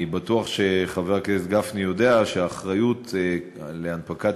אני בטוח שחבר הכנסת גפני יודע שהאחריות להנפקת